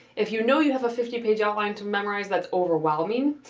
if you know you have a fifty page outline to memorize, that's overwhelming.